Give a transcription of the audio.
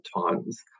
times